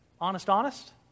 honest-honest